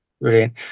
brilliant